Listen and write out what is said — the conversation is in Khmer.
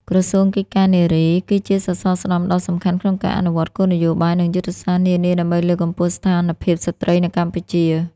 ក្រសួងកិច្ចការនារី គឺជាសសរស្តម្ភដ៏សំខាន់ក្នុងការអនុវត្តគោលនយោបាយ និងយុទ្ធសាស្ត្រនានាដើម្បីលើកកម្ពស់ស្ថានភាពស្ត្រីនៅកម្ពុជា។